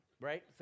right